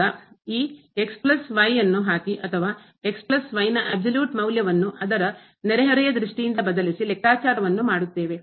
ಈಗ ಈ ಅನ್ನು ಹಾಕಿ ಅಥವಾ ನ ಅಬ್ಸಲ್ಯೂಟ್ ಮೌಲ್ಯವನ್ನು ಅದರ ನೆರೆಹೊರೆಯ ದೃಷ್ಟಿಯಿಂದ ಬದಲಿಸಿ ಲೆಕ್ಕಾಚಾರವನ್ನು ಮಾಡುತ್ತೇವೆ